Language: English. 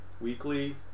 Weekly